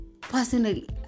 Personally